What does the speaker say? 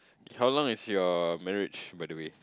how long is your marriage by the way